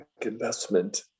investment